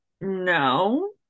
No